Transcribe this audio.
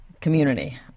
community